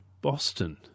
Boston